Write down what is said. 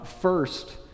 First